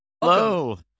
Hello